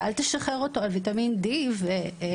ואל תשחרר אותו על ויטמין Dומגנזיום.